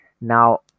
Now